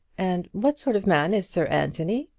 and what sort of man is sir anthony?